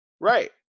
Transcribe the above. Right